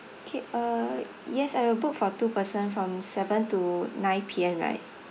K uh yes I will book for two person from seven to nine P_M right